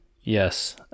Yes